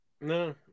No